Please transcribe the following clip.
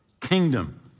kingdom